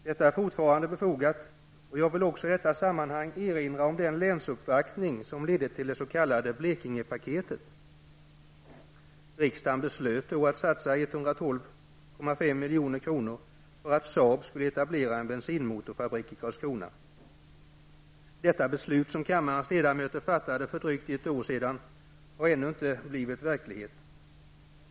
Detta är fortfarande befogat, och jag vill i detta sammanhang också erinra om den länsuppvaktning som ledde till det s.k. Blekingepaketet. Riksdagen beslöt då att satsa 112,5 milj.kr. för att Karlskrona. Detta beslut som kammarens ledamöter fattade för drygt ett år sedan har ännu inte blivit verklighet.